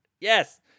Yes